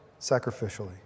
sacrificially